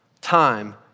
Time